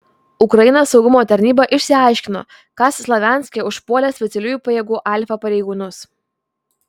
ukrainos saugumo tarnyba išsiaiškino kas slavianske užpuolė specialiųjų pajėgų alfa pareigūnus